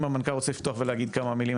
אם המנכ"ל רוצה לפתוח ולהגיד כמה מילים,